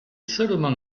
seulement